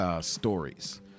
stories